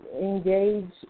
engage